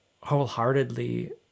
wholeheartedly